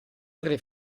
tre